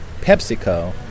PepsiCo